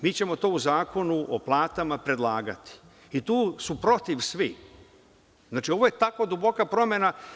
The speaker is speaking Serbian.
Mi ćemo to u Zakonu o platama predlagati i tu su protiv svi, znači, ovo je tako duboka promena.